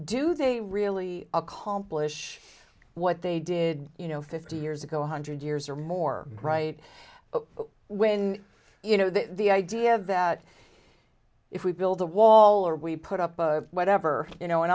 do they really accomplish what they did you know fifty years ago one hundred years or more right when you know the idea that if we build a wall or we put up a whatever you know an